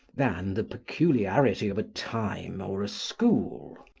than the peculiarity of a time or a school.